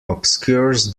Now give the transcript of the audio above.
obscures